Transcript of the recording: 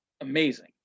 amazing